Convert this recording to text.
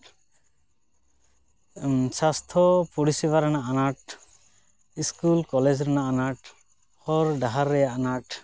ᱥᱟᱥᱛᱷᱚ ᱯᱚᱨᱤᱥᱮᱵᱟ ᱨᱮᱱᱟᱜ ᱟᱱᱟᱴ ᱤᱥᱠᱩᱞ ᱠᱚᱞᱮᱡᱽ ᱨᱮᱱᱟᱜ ᱟᱱᱟᱴ ᱦᱚᱨ ᱰᱟᱦᱟᱨ ᱨᱮᱭᱟᱜ ᱟᱱᱟᱴ